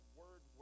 word